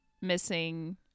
missing